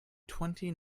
twenty